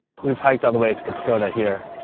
we've hiked all the way to the dakota here.